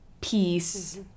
peace